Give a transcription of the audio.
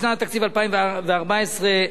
בשנת התקציב 2014 ,